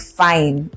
fine